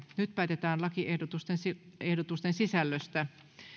nyt päätetään lakiehdotusten sisällöstä